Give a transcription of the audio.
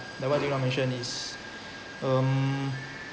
like one thing I mention is um